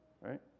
right